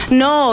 no